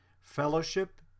fellowship